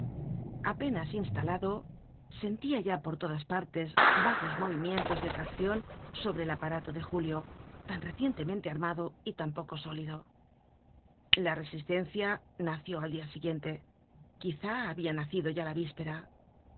apenas instalado sentia ya por todas partes vagos movimientos de traccion sobre el aparato de julio tan recientemente armado y tan poco sólido la resistencia nació al dia siguiente quizá habia nacido ya la víspera